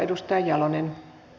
arvoisa puhemies